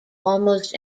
almost